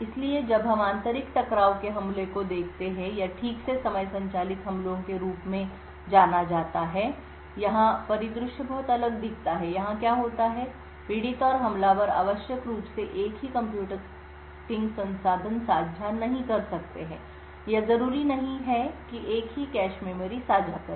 इसलिए अब हम आंतरिक टकराव के हमलों को देखते हैं या ठीक से समय संचालित हमलों के रूप में जाना जाता है यहां परिदृश्य बहुत अलग दिखता है यहां क्या होता है कि पीड़ित और हमलावर आवश्यक रूप से एक ही कंप्यूटिंग संसाधन साझा नहीं कर सकते हैं या जरूरी नहीं कि एक ही कैशमेमोरी साझा करें